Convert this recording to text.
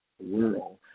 world